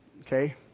okay